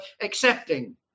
accepting